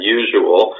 usual